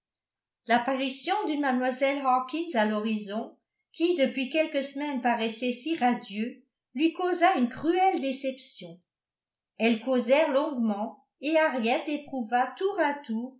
l'apparition d'une mlle hawkins à l'horizon qui depuis quelques semaines paraissait si radieux lui causa une cruelle déception elles causèrent longuement et harriet éprouva tour à tour